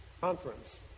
conference